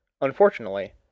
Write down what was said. Unfortunately